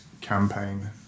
campaign